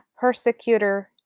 persecutor